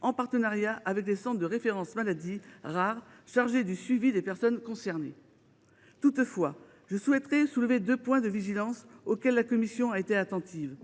en partenariat avec les centres de référence pour les maladies rares chargés du suivi des personnes concernées. Toutefois, je souhaiterais soulever deux points de vigilance auxquels la commission a été attentive.